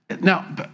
Now